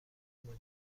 مجاز